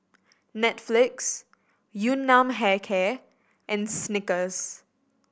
Netflix Yun Nam Hair Care and Snickers